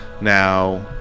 Now